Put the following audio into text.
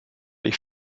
ich